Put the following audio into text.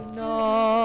no